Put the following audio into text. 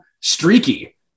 streaky